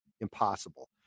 impossible